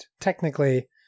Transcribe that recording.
technically